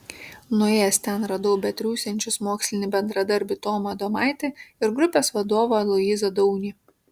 nuėjęs ten radau betriūsiančius mokslinį bendradarbį tomą adomaitį ir grupės vadovą aloyzą daunį